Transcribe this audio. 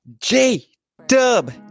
J-Dub